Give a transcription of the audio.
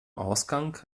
ausgang